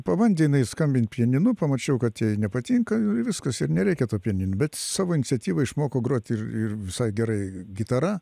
pabandė jinai skambint pianinu pamačiau kad jai nepatinka viskas ir nereikia to pianino bet savo iniciatyva išmoko grot ir ir visai gerai gitara